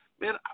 Man